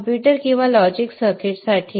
साठी कॉम्प्युटर किंवा logic circuits